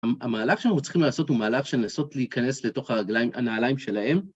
המהלך שאנחנו צריכים לעשות הוא מהלך של לנסות להיכנס לתוך הנעליים שלהם.